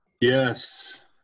Yes